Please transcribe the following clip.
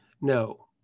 no